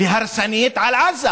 והרסנית על עזה,